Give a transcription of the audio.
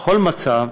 בכל מצב,